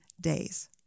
days